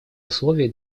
условий